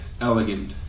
elegant